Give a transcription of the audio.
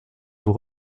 vous